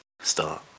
start